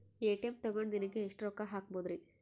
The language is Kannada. ಎ.ಟಿ.ಎಂ ತಗೊಂಡ್ ದಿನಕ್ಕೆ ಎಷ್ಟ್ ರೊಕ್ಕ ಹಾಕ್ಬೊದ್ರಿ?